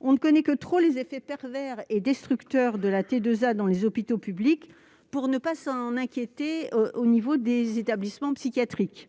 On connaît trop bien les effets pervers et destructeurs de la T2A dans les hôpitaux publics pour ne pas s'inquiéter de ses conséquences sur les établissements psychiatriques.